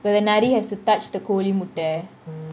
the nari: nari has to touch the kozhi mutta :kozhi mutta